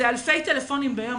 זה אלפי טלפונים ביום.